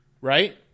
Right